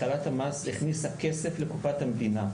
הכניסה כסף לקופת המדינה.